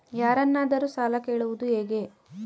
ಯಾರನ್ನಾದರೂ ಸಾಲ ಕೇಳುವುದು ಹೇಗೆ?